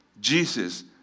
Jesus